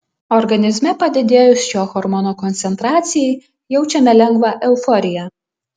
organizme padidėjus šio hormono koncentracijai jaučiame lengvą euforiją